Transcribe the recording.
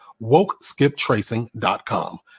Wokeskiptracing.com